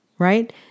right